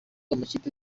amakipe